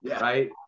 right